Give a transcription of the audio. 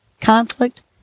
conflict